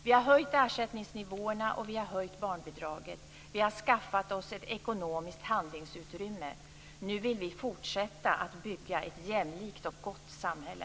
Vi har höjt ersättningsnivåerna och barnbidraget. Vi har skaffat oss ett ekonomiskt handlingsutrymme. Nu vill vi fortsätta att bygga ett jämlikt och gott samhälle.